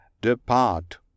depart